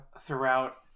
Throughout